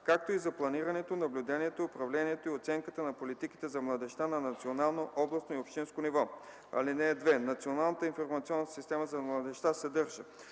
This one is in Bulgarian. както и за планирането, наблюдението, управлението и оценката на политиките за младежта на национално, областно и общинско ниво. (2) Националната информационна система за младежта съдържа: